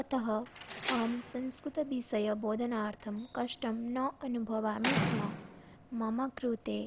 अतः अहं संस्कृतविषयस्य बोधनार्थं कष्टं न अनुभवामि स्म मम कृते